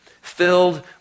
filled